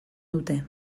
dute